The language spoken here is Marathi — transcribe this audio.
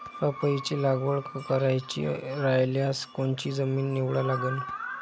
पपईची लागवड करायची रायल्यास कोनची जमीन निवडा लागन?